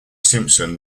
simpson